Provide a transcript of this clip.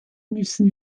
müssen